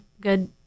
good